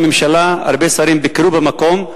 ראש הממשלה, הרבה שרים, ביקרו במקום,